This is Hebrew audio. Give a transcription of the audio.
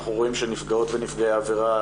אנחנו רואים שנפגעות ונפגעי עבירה